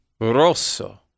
Rosso